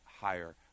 higher